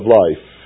life